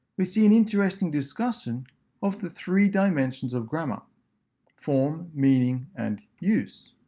we see an interesting discussion of the three dimensions of grammar form, meaning, and use.